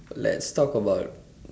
let's talk about